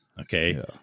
okay